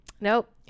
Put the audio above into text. nope